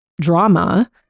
drama